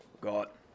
Got